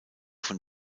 von